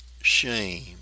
shame